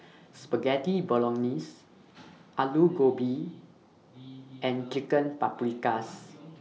Spaghetti Bolognese Alu Gobi and Chicken Paprikas